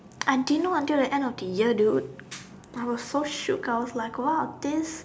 I didn't know until the end of the year dude but I was so shook I was like !wow! this